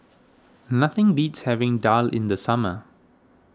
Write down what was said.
nothing beats having Daal in the summer